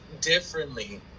differently